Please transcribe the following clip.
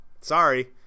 Sorry